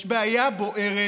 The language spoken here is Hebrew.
יש בעיה בוערת.